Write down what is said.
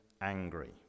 angry